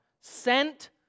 sent